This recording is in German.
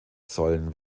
sollen